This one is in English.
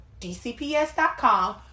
DCPS.com